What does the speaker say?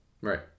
right